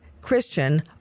Christian